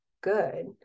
good